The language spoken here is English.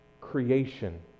creation